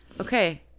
okay